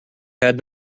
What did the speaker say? had